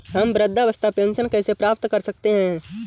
हम वृद्धावस्था पेंशन कैसे प्राप्त कर सकते हैं?